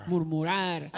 Murmurar